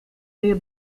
say